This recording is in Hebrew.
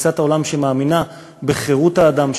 תפיסת העולם שמאמינה בחירות האדם,